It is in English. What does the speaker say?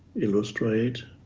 illustrate